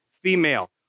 female